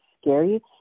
scary